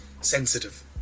sensitive